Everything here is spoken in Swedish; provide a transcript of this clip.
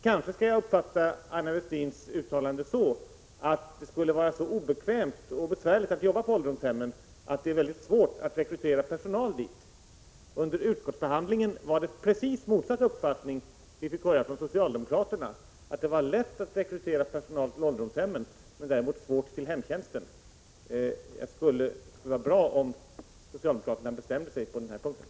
Kanske skall jag uppfatta Aina Westins uttalande så, att det är så obekvämt och besvärligt att arbeta på ålderdomshem att det är svårt att rekrytera personal dit. Under utskottsbehandlingen fick vi höra precis motsatt uppfattning från socialdemokraterna, nämligen att det var lätt att rekrytera personal till ålderdomshemmen men svårt till hemtjänsten. Det vore bra om socialdemokraterna kunde bestämma sig på den punkten.